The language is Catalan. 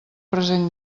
present